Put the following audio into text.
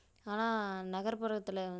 ஆனால் நகர்ப்புறத்தில் வந்து